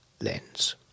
lens